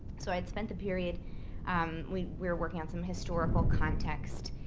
so i had spent the period we were working on some historical context.